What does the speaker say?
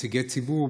כנציגי ציבור,